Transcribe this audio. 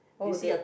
oh the